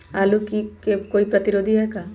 आलू के कोई प्रतिरोधी है का?